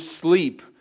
sleep